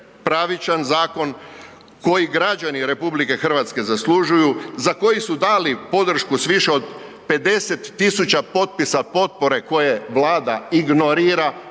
pravičan zakon koji građani RH zaslužuju, za koji su dali podršku s više od 50 tisuća potpisa potpore koje Vlada ignorira.